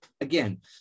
Again